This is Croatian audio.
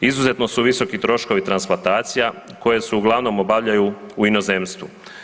Izuzetno su visoki troškovi transplantacija, koje se uglavnom obavljaju u inozemstvu.